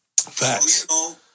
Facts